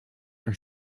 are